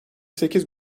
sekiz